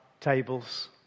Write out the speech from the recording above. tables